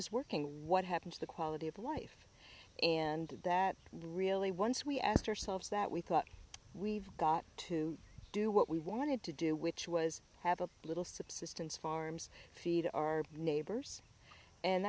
is working what happened to the quality of life and that really once we asked ourselves that we thought we've got to do what we wanted to do which was have a little subsistence farms feed our neighbors and